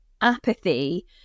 apathy